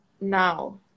now